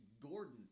Gordon